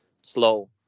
slow